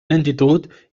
lentitud